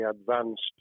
advanced